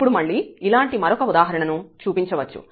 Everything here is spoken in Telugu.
ఇప్పుడు మళ్లీ ఇలాంటి మరొక ఉదాహరణ ను చూపించవచ్చు